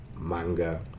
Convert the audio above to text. Manga